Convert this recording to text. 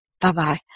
Bye-bye